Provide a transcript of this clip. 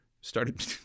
started